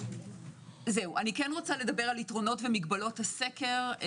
אני רוצה לדבר על יתרונות ומגבלות הסקר.